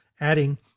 adding